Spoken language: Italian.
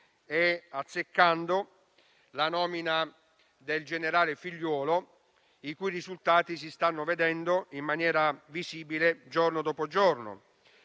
e azzeccando la nomina del generale Figliuolo, i cui risultati si stanno vedendo in maniera visibile, giorno dopo giorno.